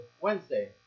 Wednesday